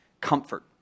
comfort